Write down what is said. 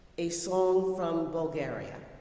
a song from bulgaria.